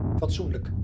fatsoenlijk